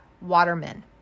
watermen